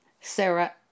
Sarah